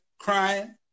crying